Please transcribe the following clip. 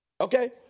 Okay